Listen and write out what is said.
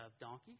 donkey